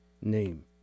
name